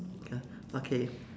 okay